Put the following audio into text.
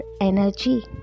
energy